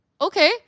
okay